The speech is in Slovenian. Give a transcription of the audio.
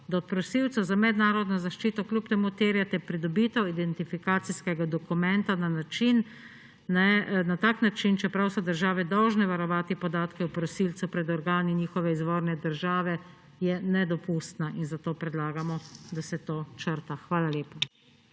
da od prosilcev za mednarodno zaščito kljub temu terjate pridobitev identifikacijskega dokumenta na tak način, čeprav so države dolžne varovati podatke o prosilcu pred organi njihove izvorne države, je nedopustna in zato predlagamo, da se to črta. Hvala lepa.